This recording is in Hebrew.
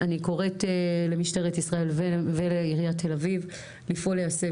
אני קוראת למשטרת ישראל ולעיריית תל אביב לפעול ליישם